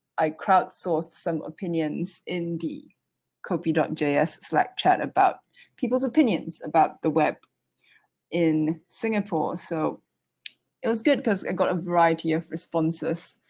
i crowdsourced some opinions in the kopi js slackchat about people's opinions about the web in singapore. so it was good because it got a variety of responses.